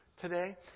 today